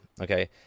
Okay